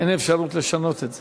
אין אפשרות לשנות את זה.